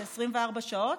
זה 24 שעות.